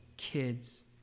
kids